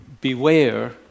Beware